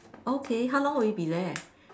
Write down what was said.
okay how long will you be there